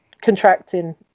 contracting